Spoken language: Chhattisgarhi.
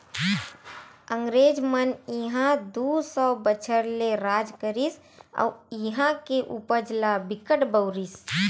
अंगरेज मन इहां दू सौ बछर ले राज करिस अउ इहां के उपज ल बिकट बउरिस